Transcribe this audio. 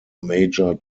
major